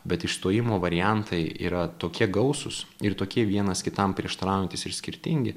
bet išstojimo variantai yra tokie gausūs ir tokie vienas kitam prieštaraujantys ir skirtingi